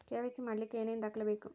KYC ಮಾಡಲಿಕ್ಕೆ ಏನೇನು ದಾಖಲೆಬೇಕು?